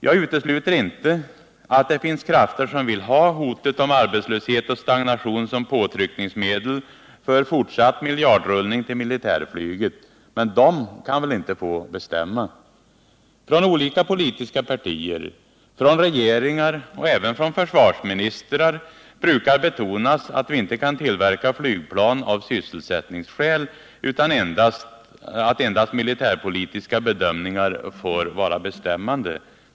Jag utesluter inte att det finns krafter som vill ha hotet om arbetslöshet och stagnation som påtryckningsmedel för fortsatt miljardrullning till militärflyget. Men de kan väl inte få bestämma? Från olika politiska partier, från regeringar och även från försvarsministrar brukar betonas att vi inte kan tillverka flygplan av sysselsättningsskäl utan att endast militärpolitiska bedömningar får vara bestämmande.